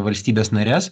valstybės nares